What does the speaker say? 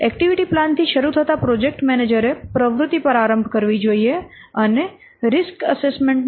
activity plan થી શરૂ થતા પ્રોજેક્ટ મેનેજરે પ્રવૃત્તિ પ્રારંભ કરવી જોઈએ અને રીસ્ક એસેસમેન્ટ ના આધાર તરીકે તેનો ઉપયોગ કરવો જોઈએ